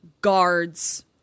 guards